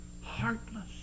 heartless